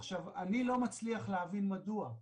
עכשיו, אני לא מצליח להבין מדוע.